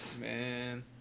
man